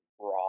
raw